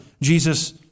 Jesus